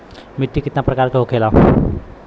मिट्टी कितना प्रकार के होखेला?